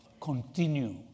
continue